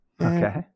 okay